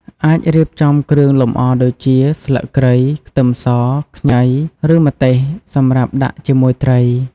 អាចរៀបចំគ្រឿងលម្អដូចជា ស្លឹកគ្រៃ ខ្ទឹមស ខ្ញី ឬម្ទេស សម្រាប់ដាក់ជាមួយត្រី។